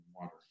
water